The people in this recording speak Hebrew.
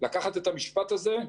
לקחת את המשפט הזה: